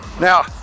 Now